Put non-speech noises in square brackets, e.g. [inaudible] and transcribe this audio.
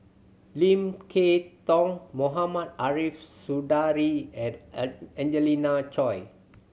Lim Kay Tong Mohamed Ariff Suradi and [unintelligible] Angelina Choy